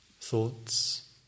thoughts